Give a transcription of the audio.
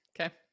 okay